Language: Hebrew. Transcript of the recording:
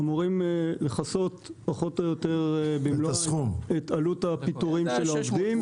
אמורים לכסות פחות או יותר את עלות הפיטורים של העובדים.